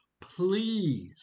please